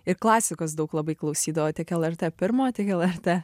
ir klasikos daug labai klausydavo tiek lrt pirmo tiek lrt